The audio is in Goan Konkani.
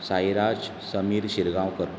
साईराज समीर शिरगांवकर